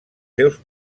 seus